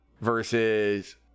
versus